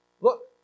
Look